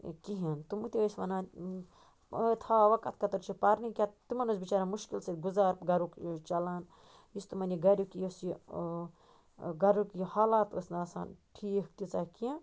کِہیٖنٛۍ تٔمۍ تہِ ٲسۍ وَنان تھاوکھ کَتھ خٲطرٕ چھُ پَرنہِ تِمن اوس بِچارٮ۪ن مُشکِل سۭتۍ گُزار گَرُک چَلان یُس تِمن یہِ گَرُک یہِ گَرُک یہِ حالات ٲس نہٕ آسان ٹھیٖک تیٖژاہ کیٚنٛہہ